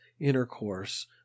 intercourse